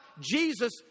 Jesus